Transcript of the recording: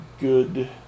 good